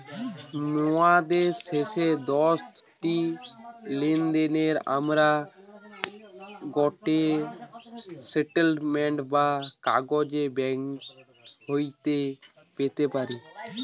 মোদের শেষ দশটি লেনদেনের আমরা গটে স্টেটমেন্ট বা কাগজ ব্যাঙ্ক হইতে পেতে পারি